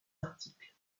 articles